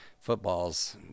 football's